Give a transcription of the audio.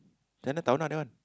Chinatown ah that one